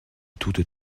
toute